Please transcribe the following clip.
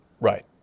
Right